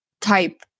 type